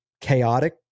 chaotic